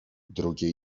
drugie